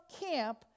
camp